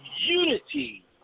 unity